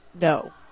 No